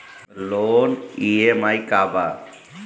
Loan EMI का बा?